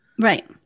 Right